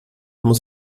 muss